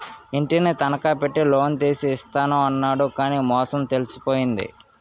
ఇంటిని తనఖా పెట్టి లోన్ తీసి ఇస్తాను అన్నాడు కానీ మోసం తెలిసిపోయింది